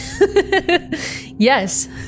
Yes